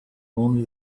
only